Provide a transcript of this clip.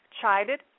chided